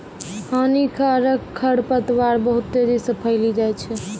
हानिकारक खरपतवार बहुत तेजी से फैली जाय छै